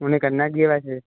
ਉਹਨੇ ਕਰਨਾ ਕੀ ਆ ਵੈਸੇ